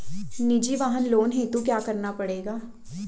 निजी वाहन लोन हेतु क्या करना पड़ेगा?